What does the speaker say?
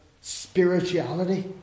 spirituality